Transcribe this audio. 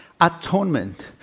Atonement